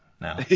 now